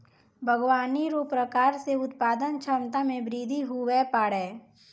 बागवानी रो प्रकार से उत्पादन क्षमता मे बृद्धि हुवै पाड़ै